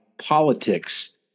politics